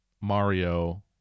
Mario